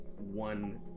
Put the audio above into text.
one